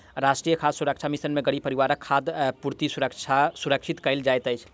राष्ट्रीय खाद्य सुरक्षा मिशन में गरीब परिवारक खाद्य पूर्ति सुरक्षित कयल जाइत अछि